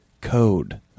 code